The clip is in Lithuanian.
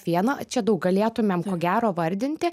viena čia daug galėtumėm ko gero vardinti